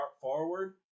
forward